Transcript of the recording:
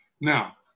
Now